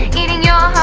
eating your